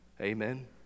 Amen